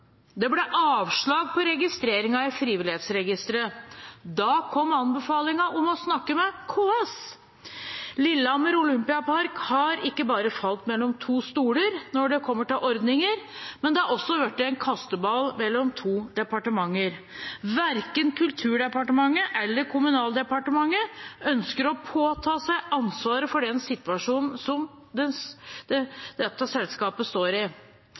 Det ble avslag på registreringen i Frivillighetsregisteret. Da kom anbefalingen om å snakke med KS. Lillehammer Olympiapark har ikke bare falt mellom to stoler når det kommer til ordninger, men de har også blitt en kasteball mellom to departementer. Verken Kulturdepartementet eller Kommunaldepartementet ønsker å påta seg ansvaret for den situasjonen som dette selskapet står i.